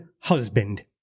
husband